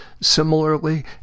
Similarly